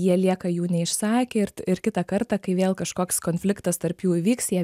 jie lieka jų neišsakę ir ir kitą kartą kai vėl kažkoks konfliktas tarp jų įvyks jie